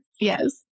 Yes